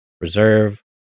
reserve